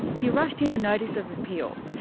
he rushed in a notice of appeal.